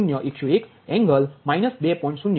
0101 angle 2